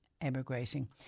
emigrating